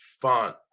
fun